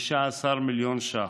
15 מיליון ש"ח.